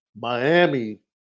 miami